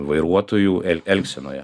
vairuotojų el elgsenoje